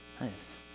nice